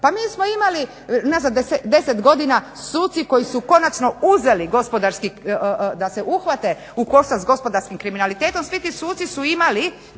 Pa mi smo imali unazad 10 godina suci koji su konačno uzeli gospodarski da se uhvate u koštac s gospodarskim kriminalitetom svi ti suci su imali